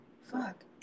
fuck